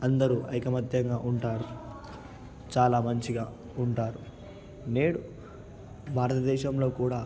అందరూ ఐకమత్యంగా ఉంటారు చాలా మంచిగా ఉంటారు నేడు భారతదేశంలో కూడా